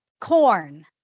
corn